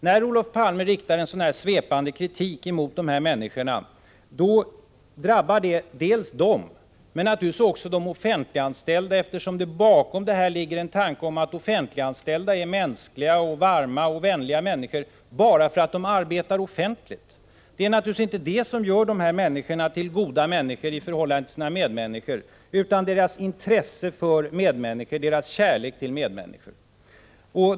När Olof Palme riktar en sådan här svepande kritik mot dessa människor, drabbar det inte bara dem utan också de offentliganställda, eftersom den bakomliggande tanken är att de offentliganställda är mänskliga och varma människor bara för att de arbetar inom just den offentliga sektorn. Det är naturligtvis inte det som gör dem till goda människor i förhållande till sina medmänniskor, utan det är deras intresse för och kärlek till medmänniskor.